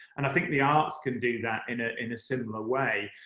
and i think the arts can do that in ah in a similar way.